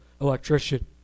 electrician